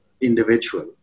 individual